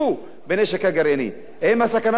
האם הסכנה של מלחמות גברה או קטנה?